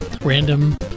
random